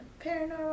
Paranormal